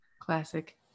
Classic